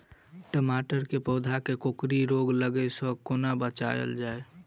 टमाटर केँ पौधा केँ कोकरी रोग लागै सऽ कोना बचाएल जाएँ?